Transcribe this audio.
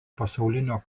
pasaulinio